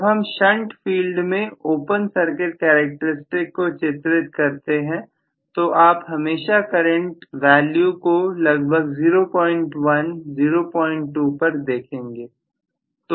जब हम shunt field में ओपन सर्किट करैक्टेरिस्टिक्स को चित्रित करते हैं तो आप हमेशा करंट वैल्यू को लगभग 01 02 पर देखेंगे